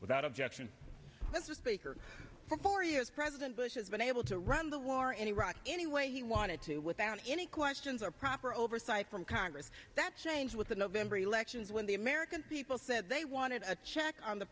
without objection this is speaker for four years president bush has been able to run the war in iraq any way he wanted to without any questions or proper oversight from congress that's change with the november elections when the american people said they wanted a check on the